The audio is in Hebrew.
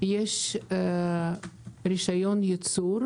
יש רישיון לייצור,